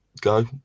go